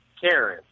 Karen